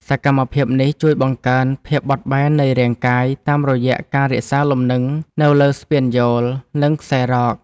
សកម្មភាពនេះជួយបង្កើនភាពបត់បែននៃរាងកាយ តាមរយៈការរក្សាលំនឹងនៅលើស្ពានយោល និងខ្សែរ៉ក។